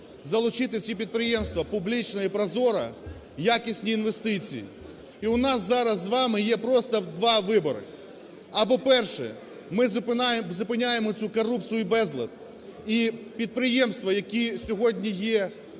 залучити в ці підприємства публічно і прозоро якісні інвестиції. І у нас зараз з вами є просто два вибори: або, перше, ми зупиняємо цю корупцію і безлад, і підприємства, які сьогодні є